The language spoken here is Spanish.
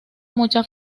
mucha